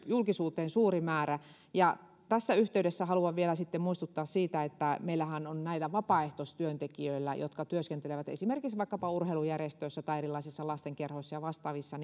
julkisuuteen suuri määrä tässä yhteydessä haluan vielä muistuttaa siitä että meillähän on oikeus pyytää näitä vapaaehtoistyöntekijöitä jotka työskentelevät esimerkiksi vaikkapa urheilujärjestöissä tai erilaisissa lasten kerhoissa ja vastaavissa